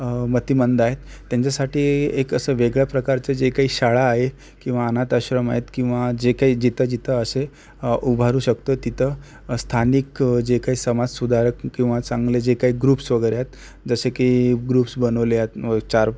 मतिमंद आहेत त्यांच्यासाठी एक असं वेगळ्या प्रकारचं जे काही शाळा आहे किंवा अनाथ आश्रम आहेत किंवा जे काही जिथं जिथं असे उभारू शकतो तिथं स्थानिक जे काही समाजसुधारक किंवा चांगले जे काही ग्रुप्स वगेरे आहेत जसे की ग्रुप्स बनवले आहेत चार